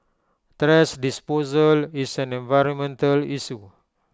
thrash disposal is an environmental issue